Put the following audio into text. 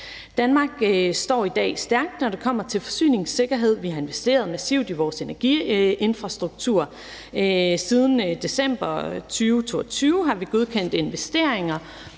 Danmark står i dag stærkt, når det kommer til forsyningssikkerhed. Vi har investeret massivt i vores energiinfrastruktur. Siden december 2022 har vi godkendt investeringer